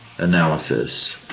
Analysis